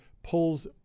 pulls